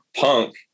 punk